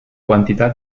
quantità